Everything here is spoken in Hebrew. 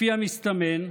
לפי המסתמן,